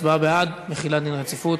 הצבעה בעד, משמעותה החלת דין רציפות.